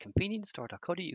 ConvenienceStore.co.uk